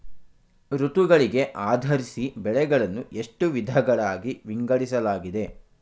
ಋತುಗಳಿಗೆ ಆಧರಿಸಿ ಬೆಳೆಗಳನ್ನು ಎಷ್ಟು ವಿಧಗಳಾಗಿ ವಿಂಗಡಿಸಲಾಗಿದೆ?